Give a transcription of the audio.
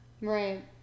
Right